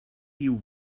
you